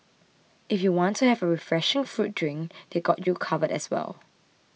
if you want to have a refreshing fruit drink they got you covered as well